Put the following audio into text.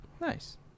Nice